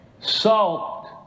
salt